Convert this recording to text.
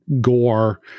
gore